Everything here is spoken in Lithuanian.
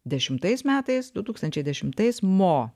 dešimtais metais du tūkstančiai dešimtais mo